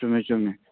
ꯆꯨꯝꯃꯤ ꯆꯨꯝꯃꯤ